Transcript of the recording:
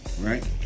right